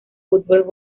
fútbol